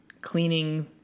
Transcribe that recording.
cleaning